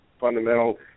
fundamental